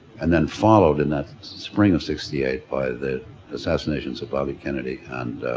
and then followed in that spring of sixty eight by the assassinations of bobby kennedy and,